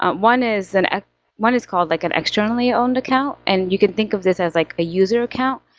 ah one is and ah one is called like an externally owned account, account, and you can think of this as like a user account.